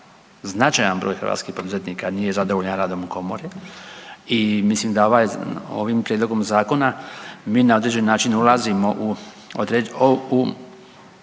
značajan broj hrvatskih poduzetnika nije zadovoljan radom Komore i mislim da ovim prijedlogom Zakona mi na određeni način ulazimo u određen,